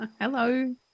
Hello